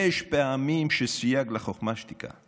יש פעמים שבהן סייג לחוכמה, שתיקה.